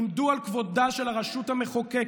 עמדו על כבודה של הרשות המחוקקת,